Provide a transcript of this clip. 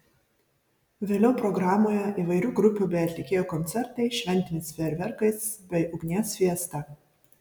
vėliau programoje įvairių grupių bei atlikėjų koncertai šventinis fejerverkas bei ugnies fiesta